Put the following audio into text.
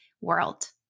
world